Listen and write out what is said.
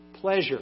pleasure